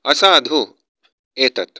असाधु एतत्